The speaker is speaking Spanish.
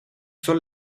son